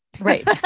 right